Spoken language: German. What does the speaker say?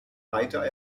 weiter